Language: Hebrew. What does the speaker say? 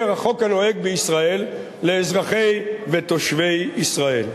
החוק הנוהג בישראל לאזרחים ולתושבי ישראל.